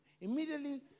immediately